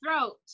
throat